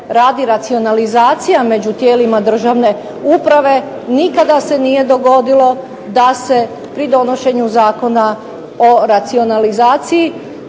radi racionalizacija među tijelima državne uprave, nikada se nije dogodilo da se pri donošenju Zakona o racionalizacija